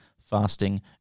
fasting